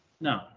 No